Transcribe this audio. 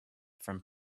from